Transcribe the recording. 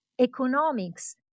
economics